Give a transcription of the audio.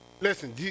Listen